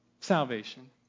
salvation